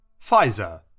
Pfizer